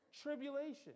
Tribulation